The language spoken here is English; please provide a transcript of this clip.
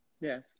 yes